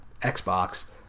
Xbox